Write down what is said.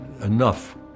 enough